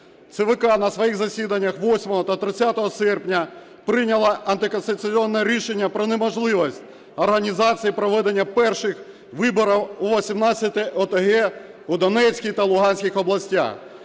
ЦВК на своїх засіданнях 8 та 30 серпня прийняла антиконституційне рішення про неможливість організації проведення перших виборів у 18 ОТГ у Донецькій та Луганській областях.